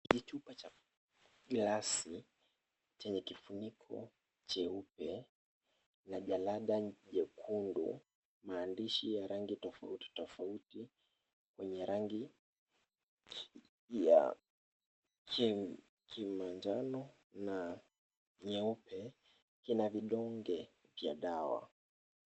Ni chupa cha glasi chenye kifuniko cheupe na jalada jekundu. Maandishi ya rangi tofauti tofauti kwenye rangi ya kimanjano na nyeupe kina vidonge vya dawa.